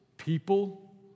people